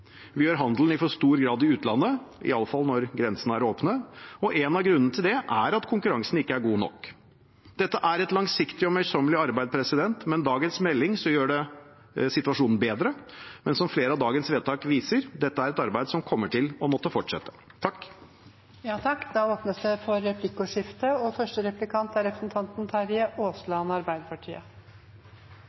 Vi gjør handelen i for stor grad i utlandet, iallfall når grensene er åpne, og en av grunnene til det er at konkurransen ikke er god nok. Dette er et langsiktig og møysommelig arbeid, men dagens melding gjør situasjonen bedre. Men som flere av dagens forslag til vedtak viser: Dette er et arbeid som kommer til å måtte fortsette. Representanten Kårstein Eidem Løvaas har tatt opp det forslaget han refererte til. Det blir replikkordskifte. Jeg er